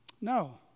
No